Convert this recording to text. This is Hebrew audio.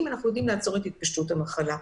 אנחנו יכולים לעצור את התפשטות המחלה.